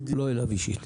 לא אליו אישית.